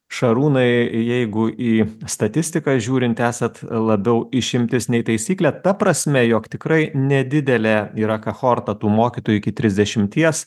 šarūnai jeigu į statistiką žiūrint esat labiau išimtis nei taisyklė ta prasme jog tikrai nedidelė yra kohorta tų mokytojų iki trisdešimties